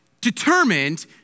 determined